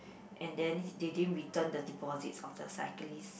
and then they didn't return the deposits of the cyclists